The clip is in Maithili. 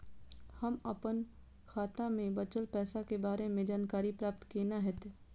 हम अपन खाता में बचल पैसा के बारे में जानकारी प्राप्त केना हैत?